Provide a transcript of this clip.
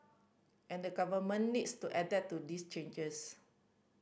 and the Government needs to adapt to these changes